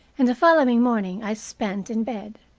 and the following morning i spent in bed.